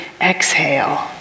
exhale